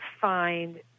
find